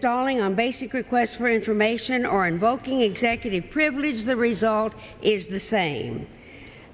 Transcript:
stalling on basic requests for information or invoking executive privilege the result is the same